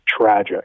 tragic